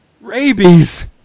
Rabies